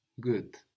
Good